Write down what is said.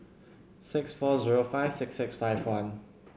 six four zero five six six five one